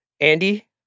Andy